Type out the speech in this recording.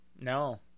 No